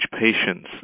patients